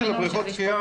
בנושא של בריכות השחייה